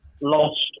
Lost